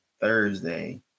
Thursday